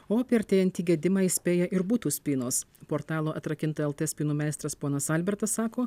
o apie artėjantį gedimą įspėja ir butų spynos portalo atrakinta lt spynų meistras ponas albertas sako